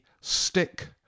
stick